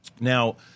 Now